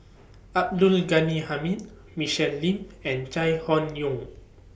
Abdul Ghani Hamid Michelle Lim and Chai Hon Yoong